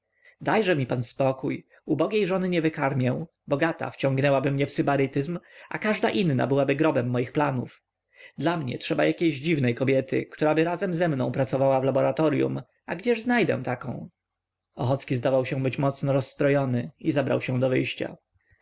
dajże mi pan spokój ubogiej żony nie wykarmię bogata wciągnęłaby mnie w sybarytyzm a każda byłaby grobem moich planów dla mnie trzeba jakiejś dziwnej kobiety któraby razem ze mną pracowała w laboratoryum a gdzież znajdę taką ochocki zdawał się być mocno rozstrojony i zabrał się do wyjścia